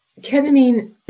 Ketamine